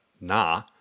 nah